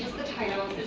the title,